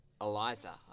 Eliza